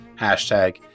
Hashtag